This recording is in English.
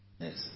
Yes